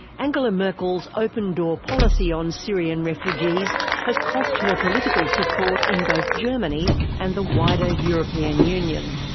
angela merkel's open-door policy on syrian refugees has cost her political support in both germany and the wider european union.